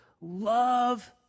Love